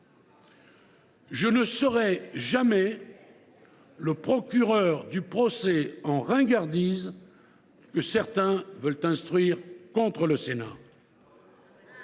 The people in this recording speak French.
je ne serai jamais le procureur du procès en ringardise que certains veulent instruire contre le Sénat.